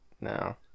no